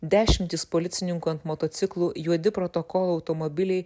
dešimtys policininkų ant motociklų juodi protokolo automobiliai